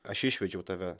aš išvedžiau tave